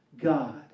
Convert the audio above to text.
God